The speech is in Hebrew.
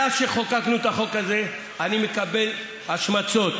מאז שחוקקנו את החוק הזה אני מקבל השמצות,